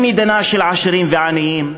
היא מדינה של עשירים ועניים,